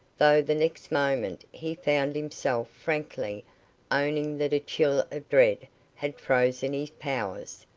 though the next moment he found himself frankly owning that a chill of dread had frozen his powers,